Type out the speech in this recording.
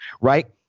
Right